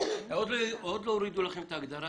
כדי שלא נאבד את זה.